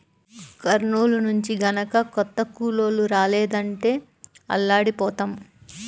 కర్నూలు నుంచి గనక కొత్త కూలోళ్ళు రాలేదంటే అల్లాడిపోతాం